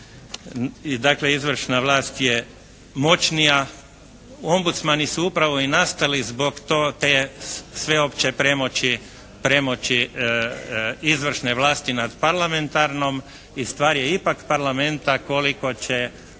dakle izvršna vlast je moćnija. Ombudsmani su upravi i nastali zbog te sveopće premoći izvršne vlasti nad parlamentarnom. I stvar je ipak Parlamenta koliko će